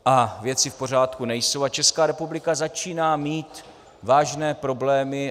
A věci v pořádku nejsou a Česká republika začíná mít vážné problémy.